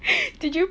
did you